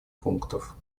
пунктов